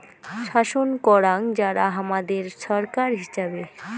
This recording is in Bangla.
শাসন করাং যারা হামাদের ছরকার হিচাবে